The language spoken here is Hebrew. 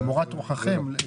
למורת רוחכם,